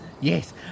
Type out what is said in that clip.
yes